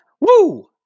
Woo